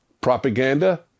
Propaganda